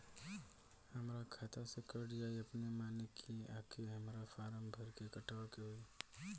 हमरा खाता से कट जायी अपने माने की आके हमरा फारम भर के कटवाए के होई?